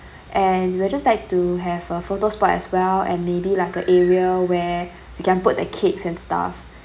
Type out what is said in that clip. and we'll just like to have a photo spot as well and maybe like a area where you can put the cakes and stuff